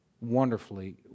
wonderfully